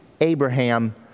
Abraham